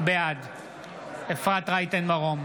בעד אפרת רייטן מרום,